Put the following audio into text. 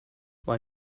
why